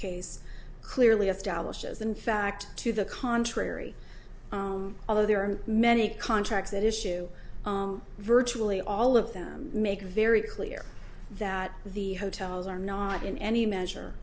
case clearly establishes in fact to the contrary although there are many contracts that issue virtually all of them make a very clear that the hotels are not in any measure